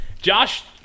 Josh